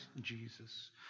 Jesus